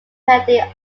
depending